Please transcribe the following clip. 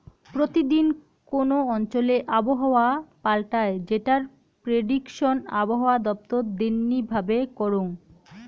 প্রতি দিন কোন অঞ্চলে আবহাওয়া পাল্টায় যেটার প্রেডিকশন আবহাওয়া দপ্তর দিননি ভাবে করঙ